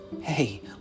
Hey